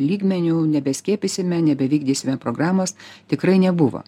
lygmeniu nebeskiepysime nebevykdysime programos tikrai nebuvo